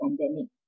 pandemic